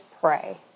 pray